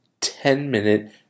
ten-minute